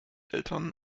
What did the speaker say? eltern